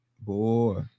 Boy